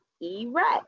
erect